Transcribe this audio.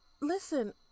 listen